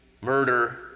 murder